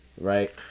right